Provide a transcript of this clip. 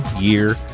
year